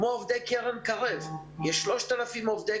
כמו עובדי קרן "קרב" כשיש 3,000 עובדי